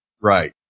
Right